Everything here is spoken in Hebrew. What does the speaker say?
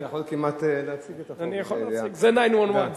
אדוני היושב-ראש,